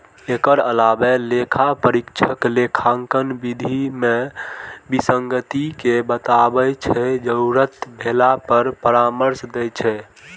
एकर अलावे लेखा परीक्षक लेखांकन विधि मे विसंगति कें बताबै छै, जरूरत भेला पर परामर्श दै छै